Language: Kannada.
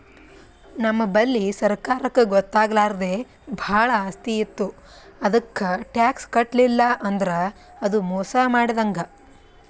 ನಮ್ ಬಲ್ಲಿ ಸರ್ಕಾರಕ್ಕ್ ಗೊತ್ತಾಗ್ಲಾರ್ದೆ ಭಾಳ್ ಆಸ್ತಿ ಇತ್ತು ಅದಕ್ಕ್ ಟ್ಯಾಕ್ಸ್ ಕಟ್ಟಲಿಲ್ಲ್ ಅಂದ್ರ ಅದು ಮೋಸ್ ಮಾಡಿದಂಗ್